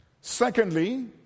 Secondly